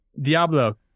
Diablo